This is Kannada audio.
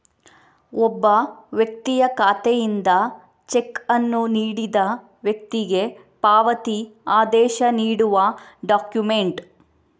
ಒಬ್ಬ ವ್ಯಕ್ತಿಯ ಖಾತೆಯಿಂದ ಚೆಕ್ ಅನ್ನು ನೀಡಿದ ವ್ಯಕ್ತಿಗೆ ಪಾವತಿ ಆದೇಶ ನೀಡುವ ಡಾಕ್ಯುಮೆಂಟ್